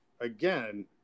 again